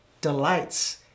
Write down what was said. delights